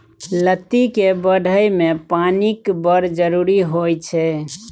लत्ती केर बढ़य मे पानिक बड़ जरुरी होइ छै